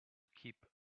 keep